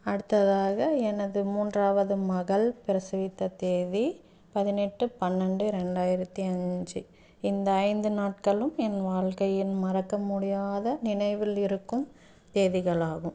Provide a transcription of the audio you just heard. அடுத்ததாக எனது மூன்றாவது மகள் பிரசவித்த தேதி பதினெட்டு பன்னெண்டு ரெண்டாயிரத்து அஞ்சு இந்த ஐந்து நாட்களும் என் வாழ்க்கையின் மறக்க முடியாத நினைவில் இருக்கும் தேதிகள் ஆகும்